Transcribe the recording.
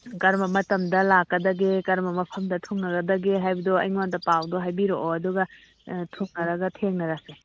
ꯀꯔꯝꯕ ꯃꯇꯝꯗ ꯂꯥꯛꯀꯗꯒꯦ ꯀꯔꯝꯕ ꯃꯐꯝꯗ ꯊꯨꯡꯒꯗꯒꯦ ꯍꯥꯏꯕꯗꯣ ꯑꯩꯉꯣꯟꯗ ꯄꯥꯎꯗꯨ ꯍꯥꯏꯕꯤꯔꯛꯑꯣ ꯑꯗꯨꯒ ꯊꯨꯡꯉꯔꯒ ꯊꯦꯡꯅꯔꯁꯤ